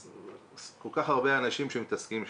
כל כך הרבה אנשים שמתעסקים שם.